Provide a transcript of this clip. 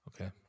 Okay